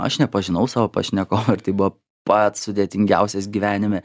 aš nepažinau savo pašnekovo ir tai buvo pats sudėtingiausias gyvenime